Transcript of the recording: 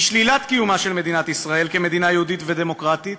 שלילת קיומה של מדינת ישראל כמדינה יהודית ודמוקרטית